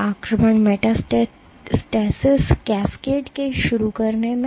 आक्रमण metastasis cascade शुरू करने में